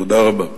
תודה רבה.